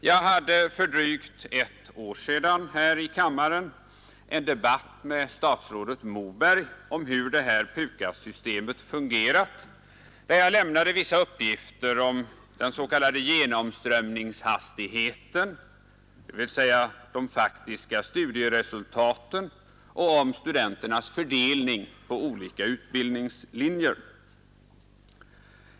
Jag hade för drygt ett år sedan här i kammaren en debatt med statsrådet Moberg om hur PUKAS-systemet fungerat. Jag lämnade därvid vissa uppgifter om den s.k. genomströmningshastigheten, dvs. de faktiska studieresultaten, och om studenternas fördelning på olika utbildningslinjer.